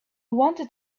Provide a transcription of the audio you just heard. wanted